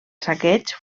saqueig